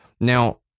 Now